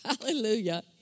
Hallelujah